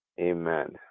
Amen